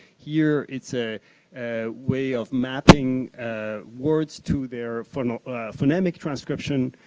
here, it's a way of mapping ah words to their phonemic phonemic transcription.